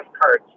cards